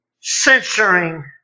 censoring